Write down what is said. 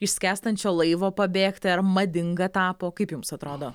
iš skęstančio laivo pabėgti ar madinga tapo kaip jums atrodo